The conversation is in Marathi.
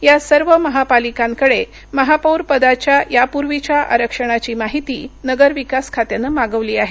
या सर्व महापालिकाकडे महापौरपदाच्या यापुर्वीच्या आरक्षणाची माहिती नगरविकास खात्याने मागविली आहे